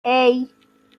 hey